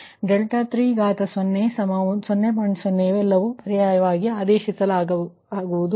0 ಇವೆಲ್ಲವೂ ಇಲ್ಲಿ ಪರ್ಯಾಯವಾಗಿ ಸಬ್ಸ್ ಟ್ಯೂಟ್ ಮಾಡಬೇಕಾಗುವುದು